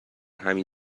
همین